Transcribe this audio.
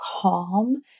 calm